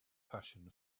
passion